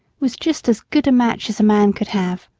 was just as good a match as a man could have.